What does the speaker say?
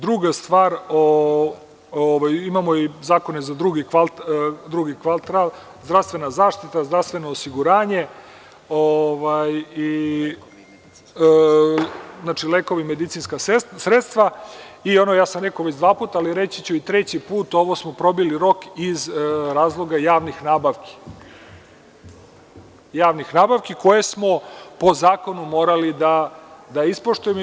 Druga stvar, imamo i zakone za drugi kvartal, zdravstvena zaštita, zdravstveno osiguranje i lekovi i medicinska sredstva i ja sam rekao već dva puta, ali reći ću i treći put, ovo smo probili rok iz razloga javnih nabavki koje smo po zakonu morali da ispoštujemo.